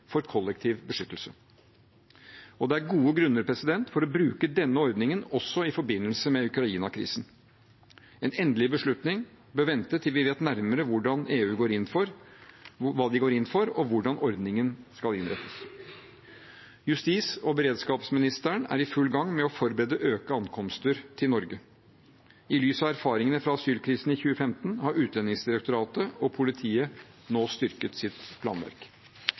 for kollektiv beskyttelse. Det er gode grunner for å bruke denne ordningen også i forbindelse med Ukraina-krisen. En endelig beslutning bør vente til vi vet nærmere hva EU går inn for, og hvordan ordningen skal innrettes. Justis- og beredskapsministeren er i full gang med å forberede økte ankomster til Norge. I lys av erfaringene fra asylkrisen i 2015 har Utlendingsdirektoratet og politiet nå styrket sitt planverk.